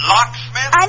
Locksmith